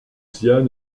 xian